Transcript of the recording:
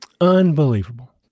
Unbelievable